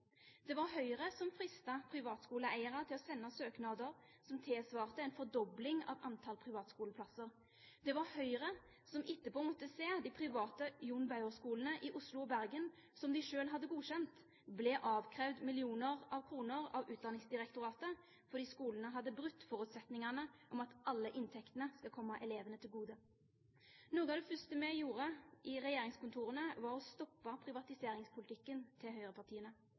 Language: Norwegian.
Det var Høyre som fristet privatskoleeiere til å sende søknader som tilsvarte en fordobling av antall privatskoleplasser. Det var Høyre som etterpå måtte se at de private John Bauer-skolene i Oslo og Bergen, som de selv hadde godkjent, ble avkrevd millioner av kroner av Utdanningsdirektoratet fordi skolene hadde brutt forutsetningene om at alle inntektene skal komme elevene til gode. Noe av det første vi gjorde i regjeringskontorene, var å stoppe privatiseringspolitikken til høyrepartiene.